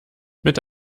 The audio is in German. mit